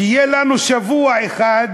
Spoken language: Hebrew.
שיהיה לנו שבוע אחד